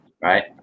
Right